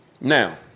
now